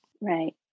Right